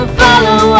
follow